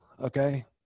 okay